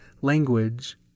language